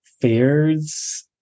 Fears